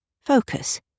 Focus